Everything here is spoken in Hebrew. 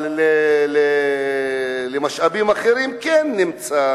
אבל לדברים אחרים כן נמצא